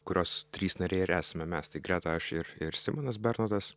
kurios trys nariai ir esame mes tai greta aš ir ir simonas bernotas